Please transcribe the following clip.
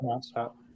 stop